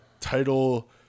title